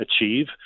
achieve